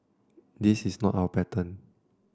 this is not our pattern